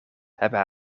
hebben